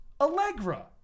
Allegra